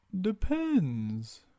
depends